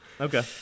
Okay